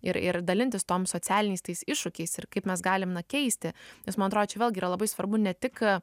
ir ir dalintis tom socialiniais tais iššūkiais ir kaip mes galim na keisti nes man atro čia vėlgi yra labai svarbu ne tik